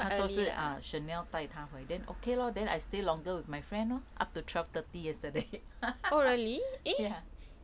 她说是 ah chanel 带她回 then okay lor then I stay longer with my friend lor up to twelve thirty yesterday ya